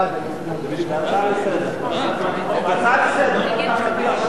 ההצעה להעביר את